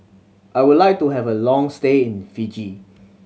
I would like to have a long stay in Fiji